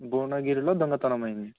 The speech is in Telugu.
భువనగిరిలో దొంగతనం అయింది